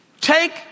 take